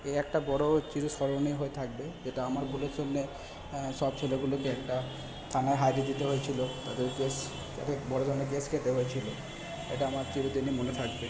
এই একটা বড় চিরস্মরণীয় হয়ে থাকবে যেটা আমার ভুলের সঙ্গে সব ছেলেগুলোকে একটা থানায় হাজিরা দিতে হয়েছিল তাদের কেস তাদের বড় ধরনের কেস খেতে হয়েছিল এটা আমার চিরদিনই মনে থাকবে